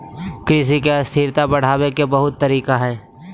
कृषि के स्थिरता बढ़ावे के बहुत तरीका हइ